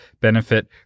benefit